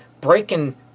breaking